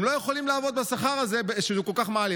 הם לא יכולים לעבוד בשכר הזה, כי זה כל כך מעליב.